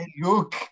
look